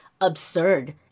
absurd